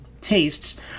tastes